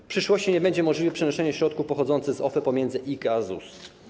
W przyszłości nie będzie możliwe przenoszenie środków pochodzących z OFE pomiędzy IKE a ZUS.